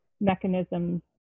mechanisms